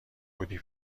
بودی